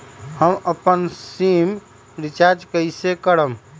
हम अपन SIM recharge कइसे करम?